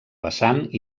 vessant